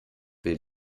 will